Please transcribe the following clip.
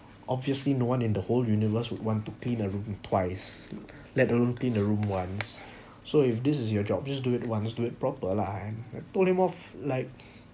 obviously no one in the whole universe would want to clean the room twice let alone clean the room once so if this is your job please do it once do it proper lah I'm I told him off like